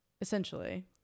Essentially